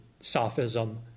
sophism